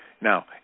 Now